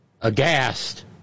aghast